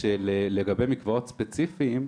לגבי מקוואות ספציפיים,